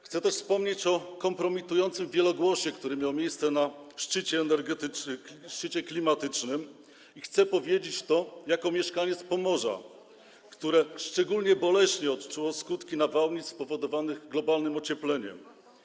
Chcę też wspomnieć o kompromitującym wielogłosie, który miał miejsce na szczycie klimatycznym, i chcę powiedzieć to jako mieszkaniec Pomorza, które szczególnie boleśnie odczuło skutki nawałnic spowodowanych globalnym ociepleniem.